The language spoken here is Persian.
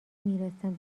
میرسم